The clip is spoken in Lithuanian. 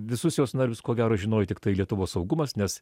visus jos narius ko gero žinojo tiktai lietuvos saugumas nes